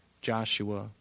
Joshua